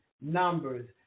Numbers